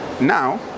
Now